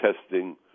testing